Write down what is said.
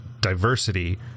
diversity